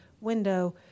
window